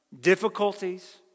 difficulties